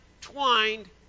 twined